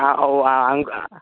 ആ ഓ ആ അങ് ആ